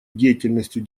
деятельностью